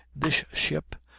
this ship,